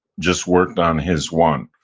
just worked on his one.